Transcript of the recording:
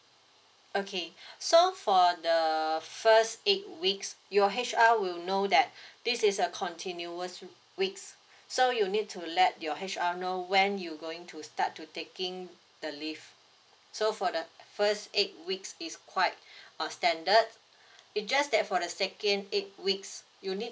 okay so for the first eight weeks your H_R will know that this is a continuous weeks so you need to let your H_R know when you going to start to taking the leave so for the first eight weeks is quite a standard it just that for the second eight weeks you need